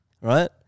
right